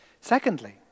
Secondly